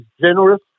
generous